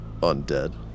undead